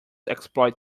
exploit